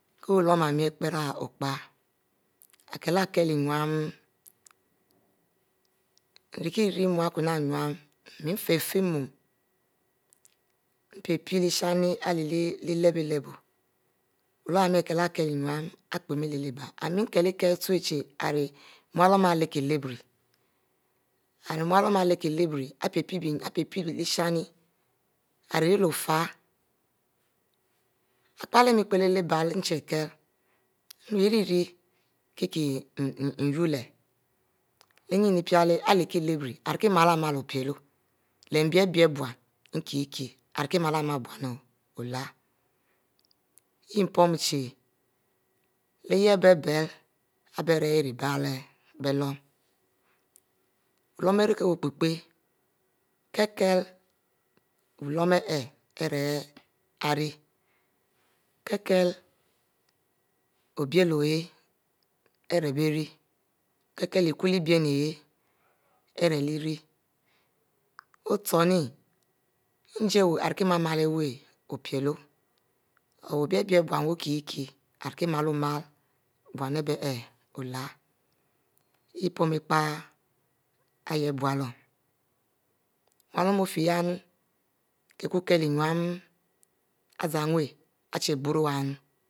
Kie wu luom lpera opie ari kie lee lkie mie rie kie mua kuen e innu nfie-fieh mua npie-pie ishin ari leh lelebo wuloo m ari kie-leh kiele innu, nkiele kiele leur aric wuluon ari leri kie lenbi, ari be-bickehshine ari leh ofie, ari iele mie piele bigle nue irie-rie kie iwulie leh nyin ipiele ilerikie leri am rie kie miele oboro leh niele biele bon nkie-kieh ari koe mie bon olieh yah pom chie uh yah biele abie bic rie biele be wuhuom, wuluom ari kie awu picmpie kie-kivh wuhuom ari kie wu pie-pie kiele kie ari irie kic obi heey ari bic ric kic-kid ikibeh bom ari bic ari ohhim njic ari kue mamc ayeh opielo leh wie be lebicle bon okie-kich ari kue malemale opicho, ari kie male bom ari bie olakie pom ikpo bluoni nuulon opie yah imu akie-keele innu zan wu chic biuno leeh oma iboro wnu.,